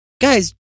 guys